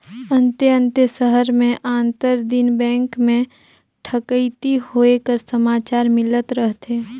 अन्ते अन्ते सहर में आंतर दिन बेंक में ठकइती होए कर समाचार मिलत रहथे